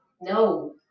No